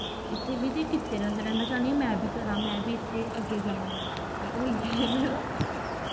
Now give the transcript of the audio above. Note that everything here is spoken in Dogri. इत्थें बी ते कीते दे होंदे नै में चाह्नीं आं में बी करां में बी इत्थें अग्गैं जावां ते होईया एह् मेरा